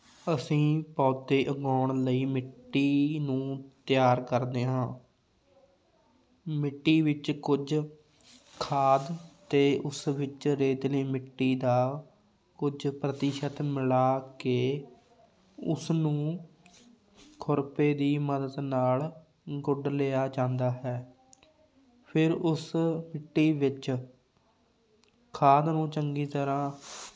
ਅਸੀਂ ਪੌਦੇ ਉਗਾਉਣ ਲਈ ਮਿੱਟੀ ਨੂੰ ਤਿਆਰ ਕਰਦੇ ਹਾਂ ਮਿੱਟੀ ਵਿੱਚ ਕੁਝ ਖਾਦ ਅਤੇ ਉਸ ਵਿੱਚ ਰੇਤਲੀ ਮਿੱਟੀ ਦਾ ਕੁਝ ਪ੍ਰਤੀਸ਼ਤ ਮਿਲਾ ਕੇ ਉਸ ਨੂੰ ਖੁਰਪੇ ਦੀ ਮਦਦ ਨਾਲ ਗੱਡ ਲਿਆ ਜਾਂਦਾ ਹੈ ਫਿਰ ਉਸ ਮਿੱਟੀ ਵਿੱਚ ਖਾਦ ਨੂੰ ਚੰਗੀ ਤਰ੍ਹਾਂ